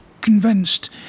convinced